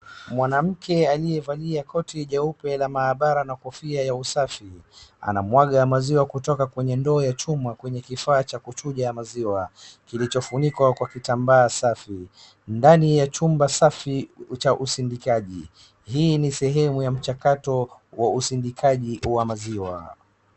Mwanamke aliyevalia koti jeupe la maabara na kofia ya usafi anamwaga maziwa kutoka kwenye ndoo ya chuma kwenye kifaa cha kuchuja maziwa kilichofunikwa kwa kitambaa safi, ndani ya chumba safi cha usindikaji. Hii ni sehemu ya mchakato wa usindikaji wa maziwa.